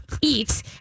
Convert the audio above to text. eat